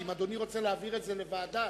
אם אדוני רוצה להעביר את זה לוועדה,